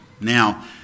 Now